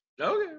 Okay